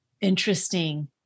Interesting